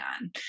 on